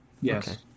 Yes